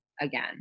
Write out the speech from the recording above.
again